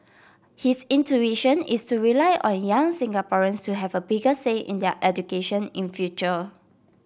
his intuition is to rely on young Singaporeans to have a bigger say in their education in future